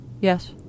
Yes